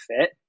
fit